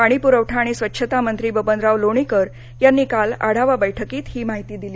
पाणीपुरवठा आणि स्वच्छतामंत्री बबनराव लोणीकर यांनी काल आढावा बेठकीत ही माहिती दिली